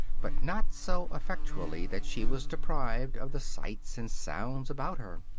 but not so effectually that she was deprived of the sights and sounds about her.